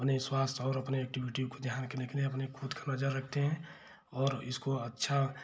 अपने स्वास्थ्य और अपने एक्टिविटी को ध्यान के रखने अपने खुद पर नजर रखते हैं और इसको अच्छा